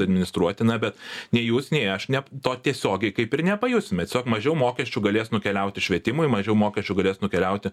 administruoti na bet nei jūs nei aš ne to tiesiogiai kaip ir nepajusim tiesiog mažiau mokesčių galės nukeliauti švietimui mažiau mokesčių galės nukeliauti